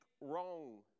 wrong